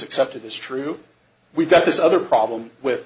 accepted as true we've got this other problem with